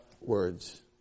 words